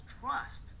trust